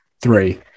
Three